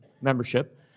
membership